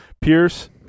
Pierce